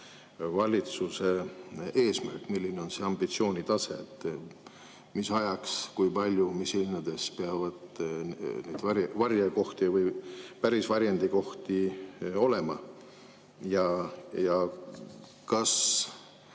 valitsuse eesmärk, milline on ambitsioonitase, mis ajaks, kui palju, mis linnades peab neid varjekohti või päris varjendikohti olema? Kas